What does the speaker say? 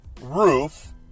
roof